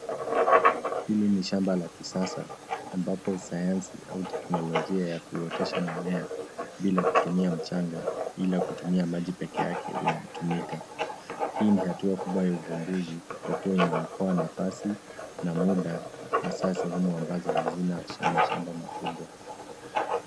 Hili ni shamba la kisasa, ambapo sayansi au teknolojia ya kuotesha mimea bila kutumia mchanga, ila kutumia maji pekee yake inatumika. Hii ni hatua kubwa ya uvumbuzi kwa kuwa imeokoa nafasi na muda, hasa sehemu ambazo hazina mashamba makubwa.